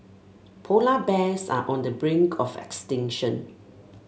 polar bears are on the brink of extinction